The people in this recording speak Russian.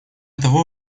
того